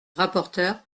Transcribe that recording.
rapporteur